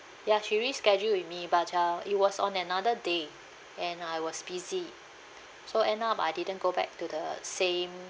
ya she rescheduled with me but uh it was on another day and I was busy so end up I didn't go back to the same